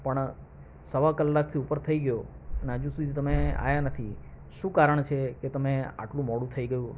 પણ સવા કલાકથી ઉપર થય ગયો પણ હજુ સુધી તમે આવ્યા નથી શું કારણ છે કે તમે આટલું મોડું થઈ ગયું